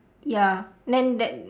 ya then that